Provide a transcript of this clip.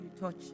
touch